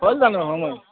হ'ল জানো সময়